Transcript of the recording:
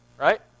right